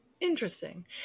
interesting